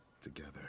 Together